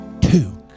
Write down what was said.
Two